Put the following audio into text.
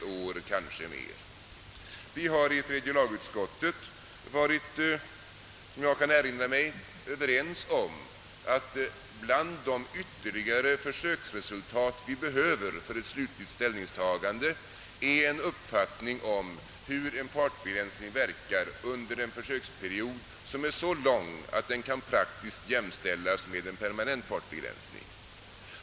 Såvitt jag kan erinra mig har vi i tredje lagutskottet varit överens om att bland de ytterligare försöksresultat vi behöver för ett slutligt ställningstagande är en uppfattning om hur en fartbegränsning verkar under en så lång försöksperiod, att den praktiskt tagit kan jämställas med en permanent fartbegränsning.